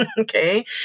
Okay